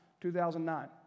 2009